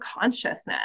consciousness